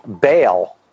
bail